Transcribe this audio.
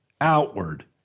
outward